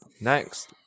Next